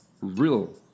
real